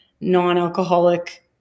non-alcoholic